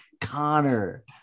Connor